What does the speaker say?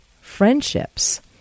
friendships